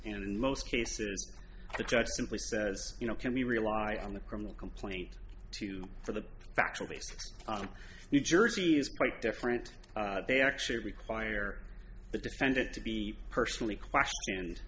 and in most cases the judge simply says you know can we rely on the criminal complaint too for the factual basis on new jersey is quite different they actually require the defendant to be personally question